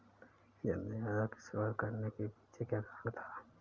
जन धन योजना की शुरुआत करने के पीछे क्या कारण था?